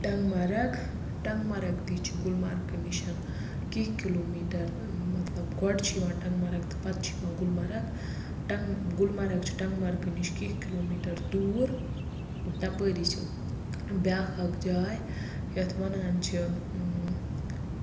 ٹَنگمَرٕگ ٹنٛگمَرٕگ تہِ چھِ گُلمرگہٕ نِشَن کیٚنٛہہ کِلوٗمیٖٹر مطلب گۄڈٕ چھِ یِوان ٹَنگمرگ تہٕ پَتہٕ چھِ یِوان گُلمرگ ٹَنگ گُلمرگ چھِ ٹَنٛگمرگ نِش کیٚنٛہہ کِلوٗمیٖٹر دوٗر تَپٲری چھِ بیاکھ اکھ جاے یَتھ وَنان چھِ